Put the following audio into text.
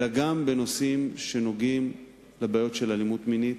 אלא גם בנושאים שנוגעים לבעיות של אלימות מינית,